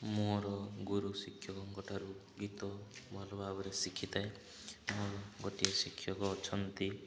ମୋର ଗୁରୁ ଶିକ୍ଷକଙ୍କଠାରୁ ଗୀତ ଭଲ ଭାବରେ ଶିଖି ଥାଏ ମୋର ଗୋଟିଏ ଶିକ୍ଷକ ଅଛନ୍ତି